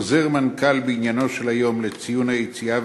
חוזר מנכ"ל בעניינו של היום לציון היציאה